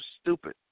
stupid